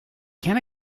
can